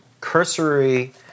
cursory